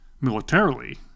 Militarily